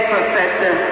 Professor